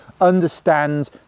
understand